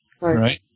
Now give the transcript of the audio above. right